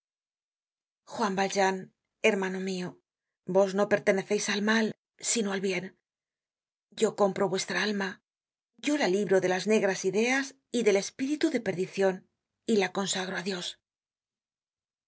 juan valjean hermano mio vos no perteneceis al mal sino al bien yo compro vuestra alma yo la libro de las negras ideas y del espíritu de perdicion y la consagro á dios